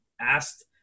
asked –